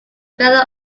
fellow